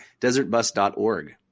desertbus.org